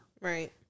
Right